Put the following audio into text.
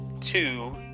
Two